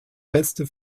feste